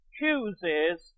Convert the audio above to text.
chooses